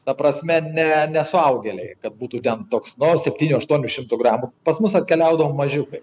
ta prasme ne ne suaugėliai kad būtų ten toks na septynių aštuonių šimtų gramų pas mus atkeliaudavo mažiukai